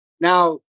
Now